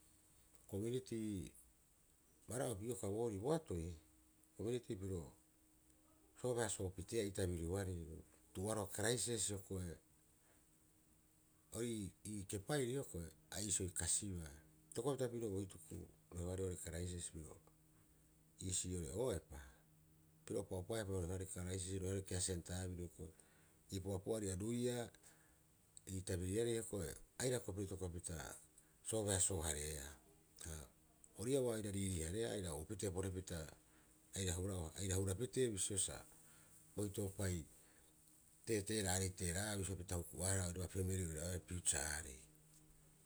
Kominiti bara'opi iokaa boorii boatoi uei piri piro soobeasoo piteea ii tabiriorei tu'uoaroha karaisisi hioko'i oii kepaio a iisio kasibaa itokopapita pirio bo hituku rohearei oo'ore karaisisi piro iisio ore'ooepa piro opa'opaepa roheoarei karaisisi roheoarei keasentaa biru i pu'apu'ari aruia ii tabiririerei ko'e aira hioko'e piro itokopapita soobeasoohareea. Ori ii'aa ua aira riiriihareea oi'ira oupitee porepita aira harapitee bisio sa boitoopai teera'aarei teera'a'aa bisio pita huku'aahara oira pemeli oira oeea piutsaarei.